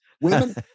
Women